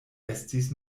estis